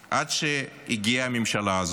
עד שהגיעה הממשלה הזאת,